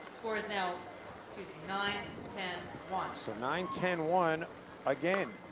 score is now nine ten one. so nine ten one again.